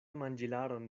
manĝilaron